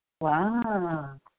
Wow